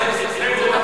בחינוך,